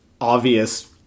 obvious